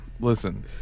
Listen